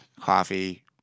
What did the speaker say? coffee